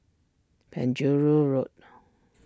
Penjuru Road